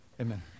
Amen